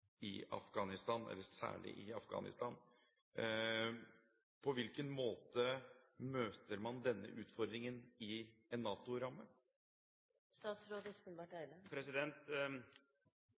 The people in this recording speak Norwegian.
i Afghanistan, eller særlig i Afghanistan. På hvilken måte møter man denne utfordringen i